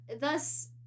thus